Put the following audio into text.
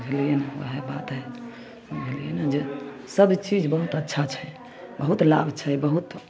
बुझलिए ने वएह बात हइ बुझलिए ने जे सबचीज बहुत अच्छा छै बहुत लाभ छै बहुत